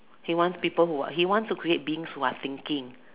he wants people who are he wants to create beings who are thinking